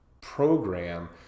program